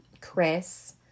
Chris